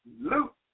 Luke